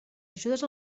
ajudes